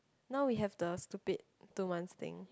now we have the stupid two months thing